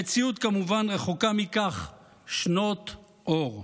המציאות כמובן רחוקה מכך שנות אור.